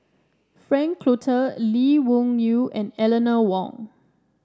Frank Cloutier Lee Wung Yew and Eleanor Wong